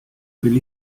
will